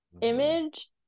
image